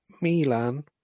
Milan